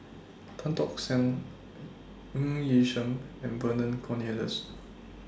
Tan Tock San Ng Yi Sheng and Vernon Cornelius